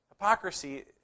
Hypocrisy